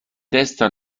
testa